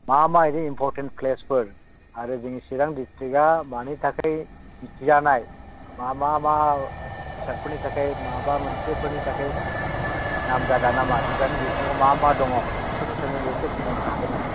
मा मा बिदि इम्प'रटेन्ट प्लेसफोर आरो जोंनि चिरां दिस्ट्रिक्टआ मानि थाखाय मिथिजानाय मा मा बेसादफोरनि थाखाय माबा मोनसेफोरनि थाखाय नामजादा नामा चिरां दिस्ट्रिक्टआव मा मा दङ बेफोरनि सोमोन्दै एसे बुंहरनो हागोन नामा